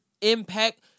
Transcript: impact